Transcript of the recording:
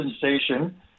sensation